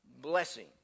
blessing